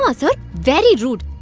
ah so like very rude.